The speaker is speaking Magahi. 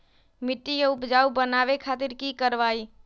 मिट्टी के उपजाऊ बनावे खातिर की करवाई?